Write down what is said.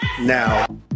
now